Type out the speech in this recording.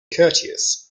courteous